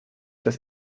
das